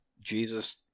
jesus